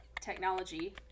technology